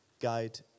Guide